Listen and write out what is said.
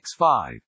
x5